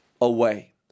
away